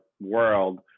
world